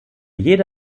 jede